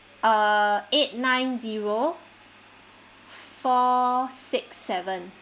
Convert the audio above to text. uh eight nine zero four six seven